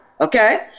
okay